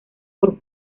por